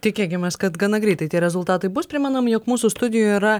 tikėkimės kad gana greitai tie rezultatai bus primenam jog mūsų studijoje yra